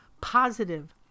positive